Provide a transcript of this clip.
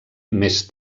més